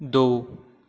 ਦੋ